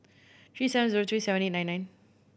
three seven zero three seven eight nine nine